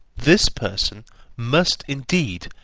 this person must, indeed,